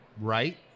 right